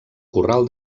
corral